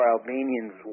Albanians